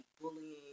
bullying